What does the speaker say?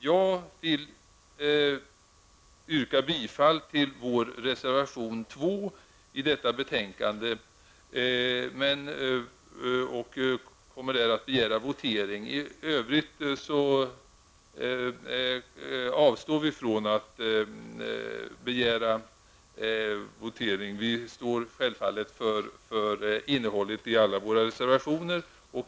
Jag yrkar bifall till vår reservation 2 i detta betänkande och kommer att begära votering på den punkten. I övrigt avstår vi från att begära votering, även om vi självfallet står för innehållet i alla våra reservationer.